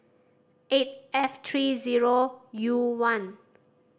eight F three zero U one